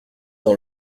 dans